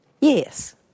Yes